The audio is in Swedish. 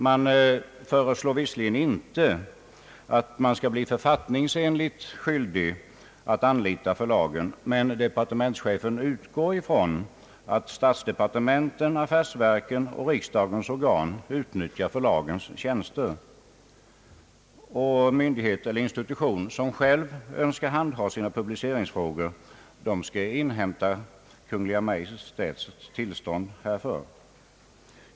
Det föreslås visserligen inte, att man författningsenligt skall bli skyldig att anlita förlagen, men departementschefen utgår från att statsdepartementen, affärsverken och riksdagens organ utnyttjar förlagens tjänster. Myndighet eller institution som själv önskar handha sina publiceringsfrågor skall inhämta Kungl. Maj:ts tillstånd härför.